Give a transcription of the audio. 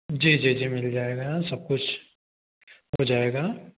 जी जी जी मिल जाएगा सब कुछ हो जाएगा